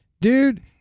Dude